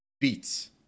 beats